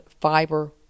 fiber